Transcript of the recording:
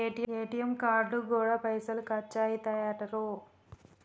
ATM కార్డుకు గూడా పైసలు ఖర్చయితయటరో